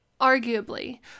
Arguably